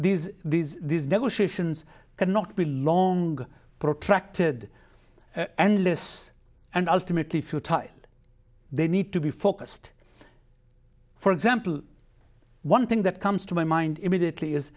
these these these negotiations cannot be long protracted endless and ultimately futile they need to be focused for example one thing that comes to my mind immediately is